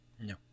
No